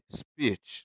speech